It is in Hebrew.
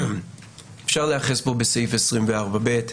אפשר להיאחז פה בסעיף 24(ב),